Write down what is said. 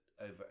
over